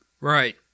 Right